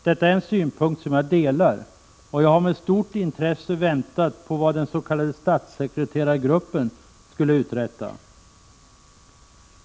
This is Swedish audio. Detta är en synpunkt som jag delar, och jag har med stort intresse väntat på vad den s.k. statssekreterargruppen skulle uträtta.